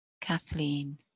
Kathleen